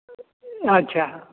अच्छा